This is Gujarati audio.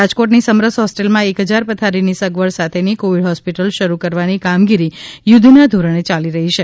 રાજકોટ ની સમરસ હોસ્ટેલ માં એક હજાર પથારી ની સગવડ સાથે ની કોવિડ હોસ્પિટલ શરૂ કરવાની કામગીરી યુધ્ધ ના ધોરણે યાલી રહી છે